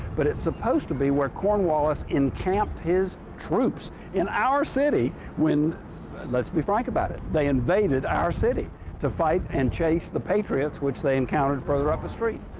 but it's supposed to be where cornwallis encamped his troops in our city when let's be frank about it they invaded our city to fight and chase the patriots which they encountered further up the street.